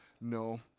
No